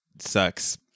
sucks